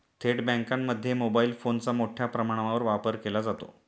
थेट बँकांमध्ये मोबाईल फोनचा मोठ्या प्रमाणावर वापर केला जातो